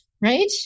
right